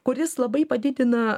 kuris labai padidina